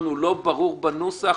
שאמרנו לא ברור בנוסח,